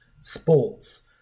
sports